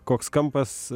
koks kampas